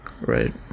Right